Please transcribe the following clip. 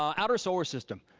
outer solar system,